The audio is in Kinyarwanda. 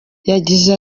yagize